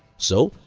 so,